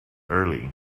early